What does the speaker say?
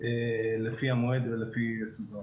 לפי המועד ולפי ה-...